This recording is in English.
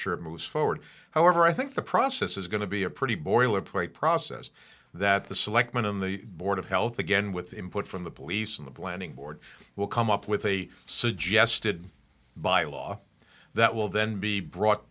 sure it moves forward however i think the process is going to be a pretty boilerplate process that the selectmen on the board of health again with input from the police and the planning board will come up with a suggested by law that will then be brought